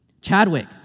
Chadwick